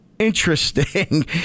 Interesting